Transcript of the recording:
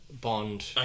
Bond